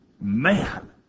man